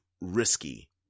risky